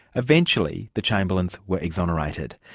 eventually the chamberlains were exonerated.